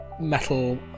metal